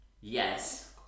yes